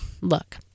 Look